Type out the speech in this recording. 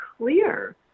clear